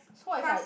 fast